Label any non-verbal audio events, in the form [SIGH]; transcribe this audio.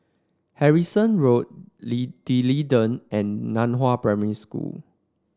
Harrison Road [UNINTELLIGIBLE] D'Leedon and Nan Hua Primary School